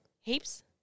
heaps